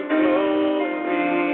glory